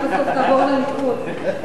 אתה בסוף תעבור לליכוד.